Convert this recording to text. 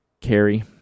carry